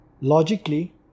Logically